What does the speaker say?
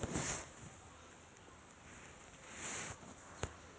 ಸಸ್ಯ ನಾರುಗಳು ಅವುಗಳ ರಚನೆಯಲ್ಲಿ ಸೆಲ್ಯುಲೋಸ್, ಹೆಮಿ ಸೆಲ್ಯುಲೋಸ್, ಲಿಗ್ನಿನ್ ಮತ್ತು ಮೇಣಗಳಿಂದ ಕೂಡಿದೆ